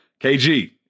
KG